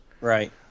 Right